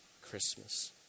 Christmas